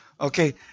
Okay